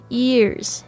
years